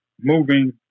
moving